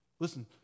Listen